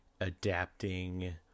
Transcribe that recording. adapting